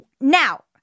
Now